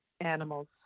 animals